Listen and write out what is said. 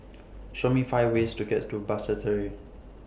Show Me five ways to get to Basseterre